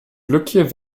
glückliche